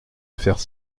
affaire